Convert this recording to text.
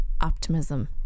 optimism